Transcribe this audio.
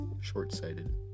Short-sighted